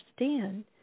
understand